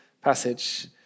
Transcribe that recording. passage